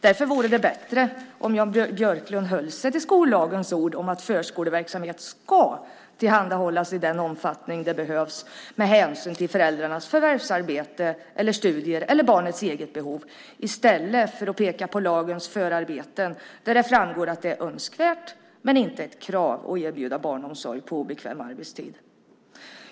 Därför vore det bättre om Jan Björklund höll sig till skollagens ord om att förskoleverksamhet ska tillhandahållas i den omfattning det behövs med hänsyn till föräldrarnas förvärvsarbete eller studier eller barnets eget behov i stället för att peka på lagens förarbeten, där det framgår att det är önskvärt men inte ett krav att erbjuda barnomsorg på obekväm arbetstid.